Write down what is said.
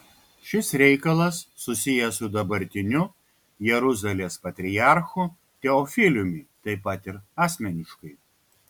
šis reikalas susijęs su dabartiniu jeruzalės patriarchu teofiliumi taip pat ir asmeniškai